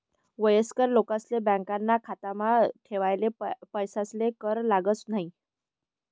वयस्कर लोकेसले बॅकाना खातामा ठेयेल पैसासले कर लागस न्हयी